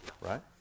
right